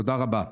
תודה רבה.